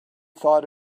thought